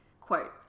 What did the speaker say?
quote